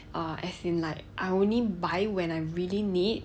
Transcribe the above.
err as in like I only buy when I really need